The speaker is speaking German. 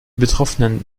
betroffenen